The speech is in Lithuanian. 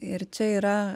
ir čia yra